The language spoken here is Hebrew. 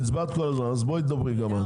הצבעת כל הזמן, אז דברי גם את.